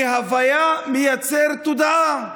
כי הוויה מייצרת תודעה.